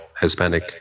Hispanic